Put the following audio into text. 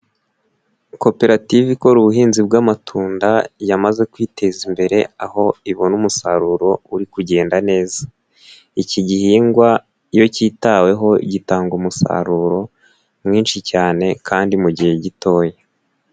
Koperative ikora ubuhinzi bw'amatunda yamaze kwiteza imbere aho ibona umusaruro uri kugenda neza, iki gihingwa iyo kitaweho gitanga umusaruro mwinshi cyane kandi mu gihe gitoya.